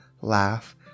laugh